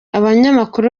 abanyamakuru